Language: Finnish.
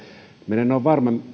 minä en ole varma